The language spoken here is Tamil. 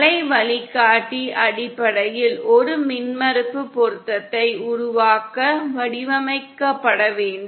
அலை வழிகாட்டி அடிப்படையில் ஒரு மின்மறுப்பு பொருத்தத்தை உருவாக்க வடிவமைக்கப்பட வேண்டும்